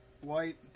White